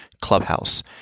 clubhouse